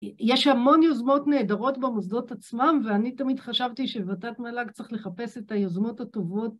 יש המון יוזמות נהדרות במוסדות עצמם ואני תמיד חשבתי שבת"ת מל"ג צריך לחפש את היוזמות הטובות.